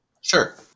Sure